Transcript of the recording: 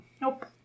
Nope